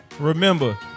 Remember